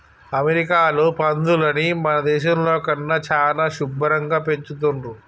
అమెరికాలో పందులని మన దేశంలో కన్నా చానా శుభ్భరంగా పెంచుతున్రు